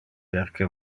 perque